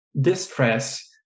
distress